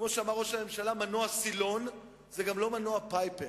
כמו שאמר ראש הממשלה "מנוע סילון" זה גם לא מנוע "פייפר".